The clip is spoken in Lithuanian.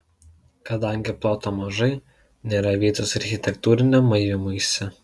kadangi ploto mažai nėra vietos architektūriniam maivymuisi